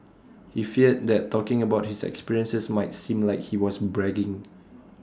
he feared that talking about his experiences might seem like he was bragging